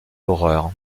l’horreur